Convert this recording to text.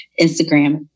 instagram